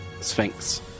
sphinx